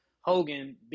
Hogan